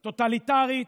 טוטליטרית,